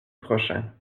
prochain